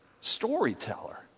storyteller